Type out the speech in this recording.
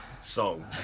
song